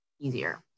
easier